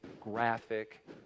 graphic